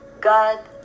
God